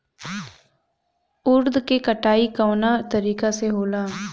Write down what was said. उरद के कटाई कवना तरीका से होला?